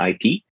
IP